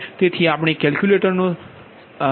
તેથી આપણે કેલ્ક્યુલેટરનો સામનો કરી રહ્યા નથી